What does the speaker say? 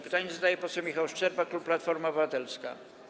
Pytanie zadaje poseł Michał Szczerba, klub Platforma Obywatelska.